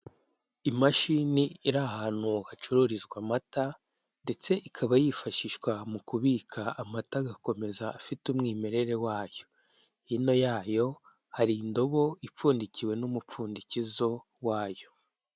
Imashini iri ahantu hacururizwa amata ndetse ikaba yifashishwa mu kubika amata agakomeza afite umwimerere wayo. Hino yayo hari indobo ipfundikiwe n'umupfundikizo wayo.